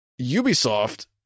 Ubisoft